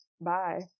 Bye